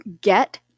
Get